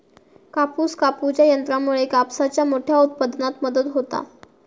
कापूस कापूच्या यंत्रामुळे कापसाच्या मोठ्या उत्पादनात मदत होता